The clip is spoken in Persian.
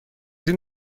این